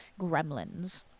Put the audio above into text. gremlins